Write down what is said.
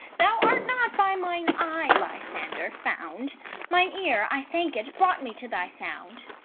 thou art not by mine eye, lysander, found mine ear, i thank it, brought me to thy sound.